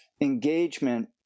engagement